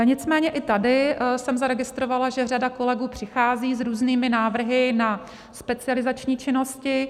Nicméně i tady jsem zaregistrovala, že řada kolegů přichází s různými návrhy na specializační činnosti.